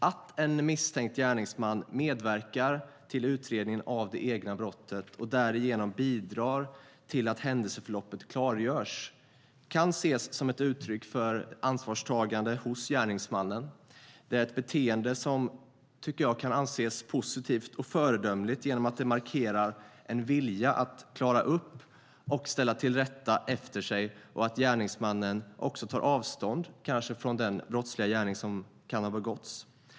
Att en misstänkt gärningsman medverkar till utredningen av det egna brottet och därigenom bidrar till att händelseförloppet klargörs kan ses som ett uttryck för ett ansvarstagande hos gärningsmannen. Det är ett beteende som kan anses positivt och föredömligt genom att det markerar en vilja att klara upp och ställa till rätta efter sig. Gärningsmannen tar kanske också avstånd från den brottsliga gärning som har begåtts.